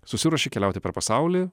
susiruoši keliauti per pasaulį